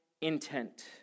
intent